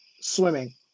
swimming